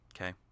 Okay